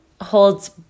holds